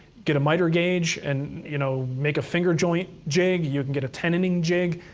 get a miter gauge and you know make a finger joint jig, you and get a tenoning jig,